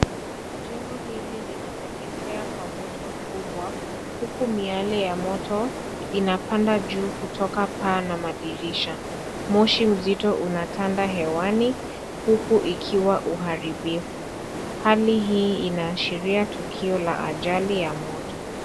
Jengo hili linateketea kwa moto mkubwa huku miyale ya moto inapanda juu kutoka paa na madirisha, moshi mzito unatanda hewani huku ikiwa uharibifu. Hali hii inaashiria tukio la ajali ya moto.